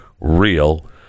real